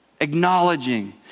acknowledging